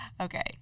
okay